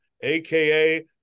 aka